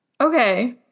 Okay